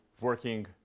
working